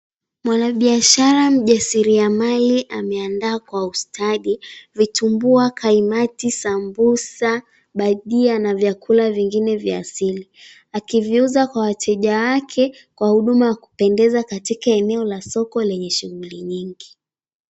Mwanabiashara mjasiriamali ameandaa kwa ustadi vitumbua, kaimati, sambusa, bajia na vyakula vingine vya asili. Akiviuza kwa wateja wake kwa huduma wa kupendeza katika eneo la soko lenye shughuli nyingi.